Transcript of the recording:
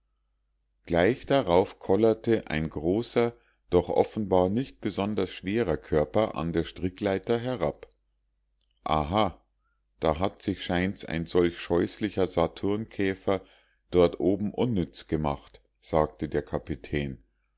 gleich darauf kollerte ein großer doch offenbar nicht besonders schwerer körper an der strickleiter herab aha da hat sich scheint's ein solch scheußlicher saturnkäfer dort oben unnütz gemacht sagte der kapitän